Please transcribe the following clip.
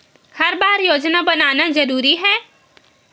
हर बार योजना बनाना जरूरी है?